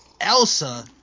Elsa